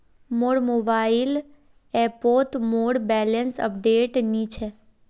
मोर मोबाइल ऐपोत मोर बैलेंस अपडेट नि छे